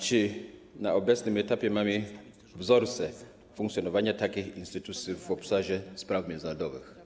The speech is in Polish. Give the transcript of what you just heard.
Czy na obecnym etapie mamy wzorce funkcjonowania takich instytucji w obszarze spraw międzynarodowych?